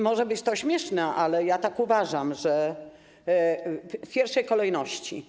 Może być to śmieszne, ale ja tak uważam, że w pierwszej kolejności.